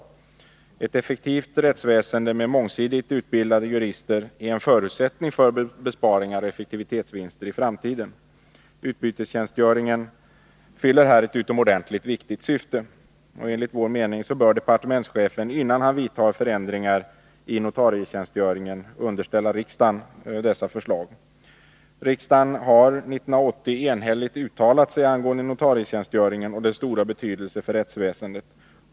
Ett effektivt rättsväsende med mångsidigt utbildade jurister är en förutsättning för besparingar och effektivitetsvinster i framtiden. Utbytestjänstgöringen fyller här ett utomordentligt viktigt syfte, och enligt vår mening bör departementschefen, innan han vidtar förändringar i notarietjänstgöringen, underställa riksdagen dessa förslag. Riksdagen har 1980 enhälligt uttalat sig angående notarietjänstgöringen och dess stora betydelse för rättsväsendet.